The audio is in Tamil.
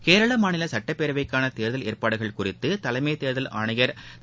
கேரள மாநில சுட்டப்பேரவைக்கான தேர்தல் ஏற்பாடுகள் குறித்து தலைமத் தேர்தல் ஆணையர் திரு